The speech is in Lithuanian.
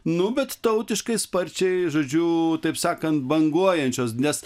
nu bet tautiškai sparčiai žodžiu taip sakant banguojančios nes